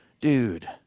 Dude